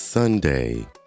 Sunday